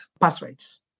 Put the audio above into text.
passwords